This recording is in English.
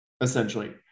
essentially